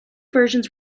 versions